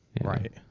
Right